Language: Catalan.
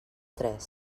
tres